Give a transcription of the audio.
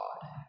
God